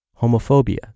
Homophobia